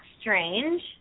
strange